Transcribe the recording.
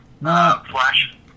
Flash